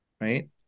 right